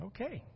Okay